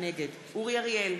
נגד אורי אריאל,